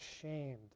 ashamed